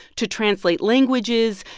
to translate languages,